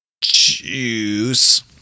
Juice